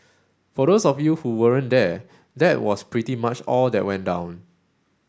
for those of you who weren't there that was pretty much all that went down